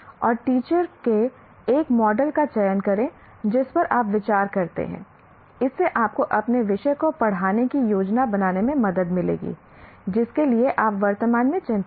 और टीचिंग के एक मॉडल का चयन करें जिस पर आप विचार करते हैं इससे आपको अपने विषय को पढ़ाने की योजना बनाने में मदद मिलेगी जिसके लिए आप वर्तमान में चिंतित हैं